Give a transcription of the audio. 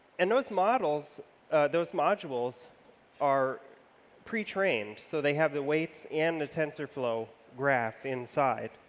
and those modules those modules are pretrained, so they have the weights and the tensorflow graph inside.